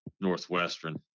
Northwestern